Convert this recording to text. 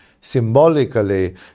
symbolically